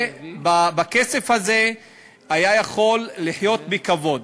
ובכסף הזה היה יכול לחיות בכבוד,